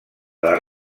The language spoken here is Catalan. les